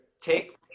take